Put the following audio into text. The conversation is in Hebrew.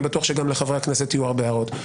אני בטוח שגם לחברי הכנסת יהיו הרבה הערות.